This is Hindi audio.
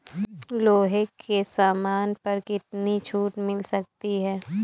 लोहे के सामान पर कितनी छूट मिल सकती है